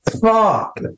Fuck